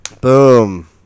boom